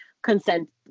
consent